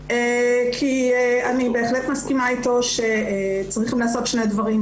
כי אני בהחלט מסכימה איתו שצריכים לעשות שני דברים.